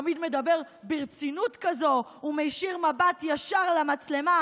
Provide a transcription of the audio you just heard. תמיד מדבר ברצינות כזאת ומישיר מבט ישר למצלמה,